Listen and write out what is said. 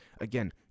again